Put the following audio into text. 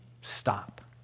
stop